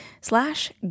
slash